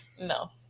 no